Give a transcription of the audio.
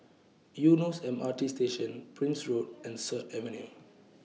Eunos M R T Station Prince Road and Sut Avenue